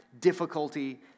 difficulty